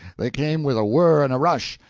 they came with a whirr and a rush,